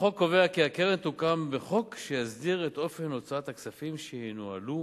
בחוק קובע כי "הקרן תוקם בחוק שיסדיר את אופן הוצאות הכספים שינוהלו